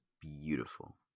beautiful